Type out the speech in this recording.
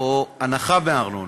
או הנחה בארנונה.